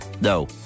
no